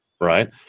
Right